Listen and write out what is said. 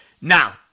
Now